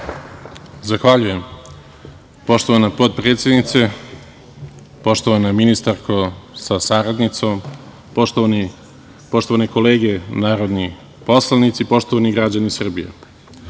Zahvaljujem. Poštovana potpredsednice, poštovana ministarko sa saradnicom, poštovane kolege narodni poslanici, poštovani građani Srbije,